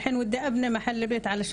אני מקווה שלא יהרסו לנו את הבית.